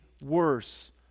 worse